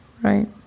Right